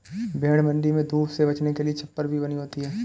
भेंड़ मण्डी में धूप से बचने के लिए छप्पर भी बनी होती है